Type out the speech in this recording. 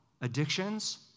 addictions